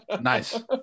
Nice